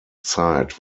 zeit